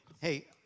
Hey